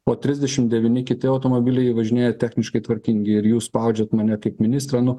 o trisdešim devyni kiti automobiliai važinėja techniškai tvarkingi ir jūs spaudžiat mane kaip ministrą nu